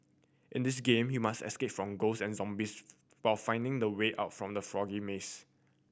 in this game you must escape from ghost and zombies while finding the way out from the foggy maze